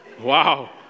wow